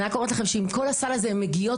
אני רק אומרת לכם שעם כל הסל זה הן מגיעות